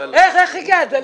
איך, איך הגעת?